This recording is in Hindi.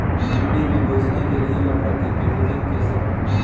मंडी में बेचने के लिए मटर की पैकेजिंग कैसे करें?